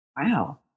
Wow